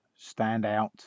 standout